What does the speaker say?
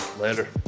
Later